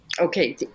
okay